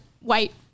white